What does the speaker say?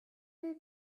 will